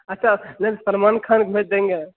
अच्छा नहीं सलमान खान भेज देंगे